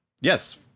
Yes